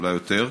אולי יותר.